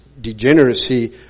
degeneracy